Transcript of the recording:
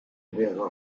vers